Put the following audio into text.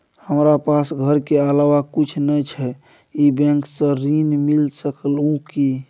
हमरा पास घर के अलावा कुछ नय छै ई बैंक स ऋण मिल सकलउ हैं?